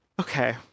okay